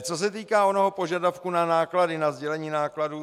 Co se týká onoho požadavku na náklady, na sdělení nákladů.